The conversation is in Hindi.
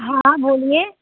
हाँ बोलिए